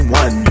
one